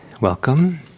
welcome